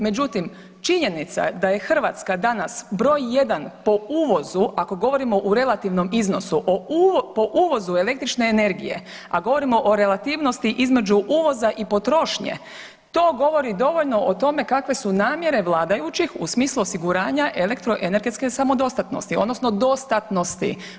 Međutim, činjenica je da je Hrvatska danas broj jedan po uvozu, ako govorimo u relativnom iznosu po uvozu električne energije, a govorimo o relativnosti između uvoza i potrošnje, to govori dovoljno o tome kakve su namjere vladajućih u smislu osiguranja elektroenergetske samodostatnosti odnosno dostatnosti.